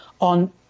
on